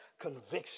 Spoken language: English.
conviction